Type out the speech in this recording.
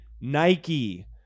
Nike